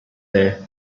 there